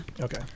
Okay